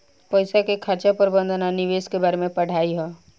पईसा के खर्चा प्रबंधन आ निवेश के बारे में पढ़ाई ह